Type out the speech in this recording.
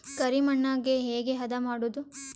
ಕರಿ ಮಣ್ಣಗೆ ಹೇಗೆ ಹದಾ ಮಾಡುದು?